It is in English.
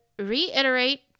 Reiterate